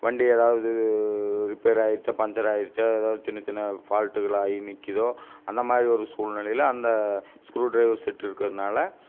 வண்டி ஏதாவது ரிப்பேர் ஆகிருச்சா பஞ்சர் ஆகிருச்சா ஏதாவது சின்ன சின்ன ஃபால்ட்டுகள் ஆகி நிற்கிதோ அந்த மாதிரி ஒரு சூல்நிலையில அந்த ஸ்க்ரூ ட்ரைவர் செட்டு இருக்கறனால்